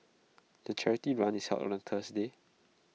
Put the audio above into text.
the charity run is held on A Thursday